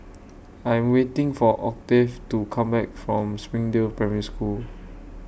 I'm waiting For Octave to Come Back from Springdale Primary School